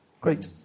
great